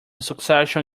succession